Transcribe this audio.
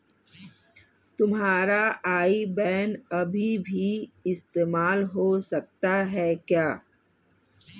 तुम्हारा आई बैन अभी भी इस्तेमाल हो सकता है क्या?